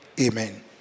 amen